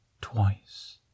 twice